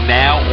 now